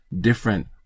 different